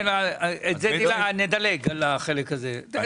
כן את זה נדלג על החלק הזה,